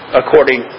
according